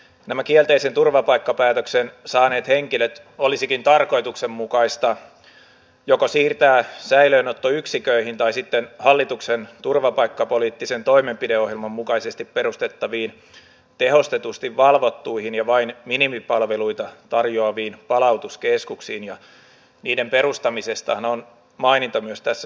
nämä kielteisen turvapaikkapäätöksen saaneet henkilöt olisikin tarkoituksenmukaista siirtää joko säilöönottoyksiköihin tai sitten hallituksen turvapaikkapoliittisen toimenpideohjelman mukaisesti perustettaviin tehostetusti valvottuihin ja vain minimipalveluita tarjoaviin palautuskeskuksiin ja niiden perustamisestahan on maininta myös tässä selonteossa